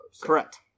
Correct